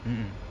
mm mm